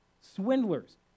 Swindlers